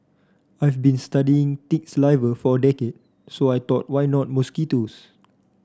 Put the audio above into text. I've been studying tick saliva for a decade so I thought why not mosquitoes